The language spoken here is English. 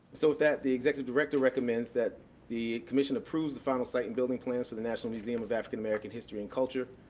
so, with that the executive director recommends that the commission approves the final site and building plans for the national museum of african american history and culture,